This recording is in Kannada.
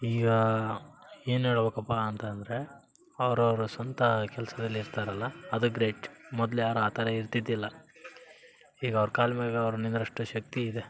ಈಗ ಏನು ಹೇಳ್ಬೇಕಪ್ಪ ಅಂತ ಅಂದರೆ ಅವ್ರವ್ರ ಸ್ವಂತ ಕೆಲಸದಲ್ಲಿ ಇರ್ತಾರಲ್ಲ ಅದು ಗ್ರೇಟ್ ಮೊದ್ಲು ಯಾರು ಆ ಥರ ಇರ್ತಿದ್ದಿಲ್ಲ ಈಗ ಅವ್ರ ಕಾಲು ಮೇಲೆ ಅವ್ರು ನಿಂದ್ರಷ್ಟು ಶಕ್ತಿ ಇದೆ